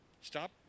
Stop